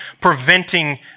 preventing